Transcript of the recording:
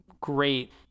great